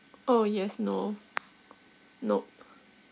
orh yes no nope